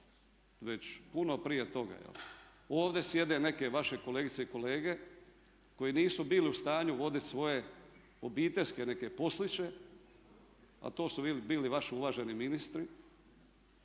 već puno prije toga. Ovdje sjede neke vaše kolegice i kolege koji nisu bili u stanju vodit svoje obiteljske neke posliće, a to su bili vaši uvaženi ministri